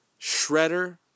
Shredder